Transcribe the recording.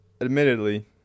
Admittedly